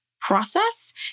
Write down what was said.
process